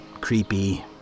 creepy